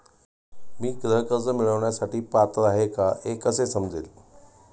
मी गृह कर्ज मिळवण्यासाठी पात्र आहे का हे कसे समजेल?